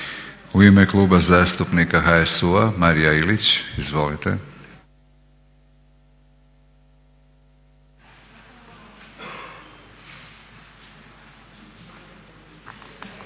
U ime Kluba zastupnika HSU-a Marija Ilić, izvolite. **Ilić,